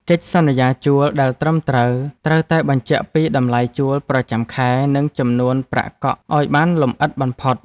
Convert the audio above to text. កិច្ចសន្យាជួលដែលត្រឹមត្រូវ ត្រូវតែបញ្ជាក់ពីតម្លៃជួលប្រចាំខែនិងចំនួនប្រាក់កក់ឱ្យបានលម្អិតបំផុត។